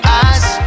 eyes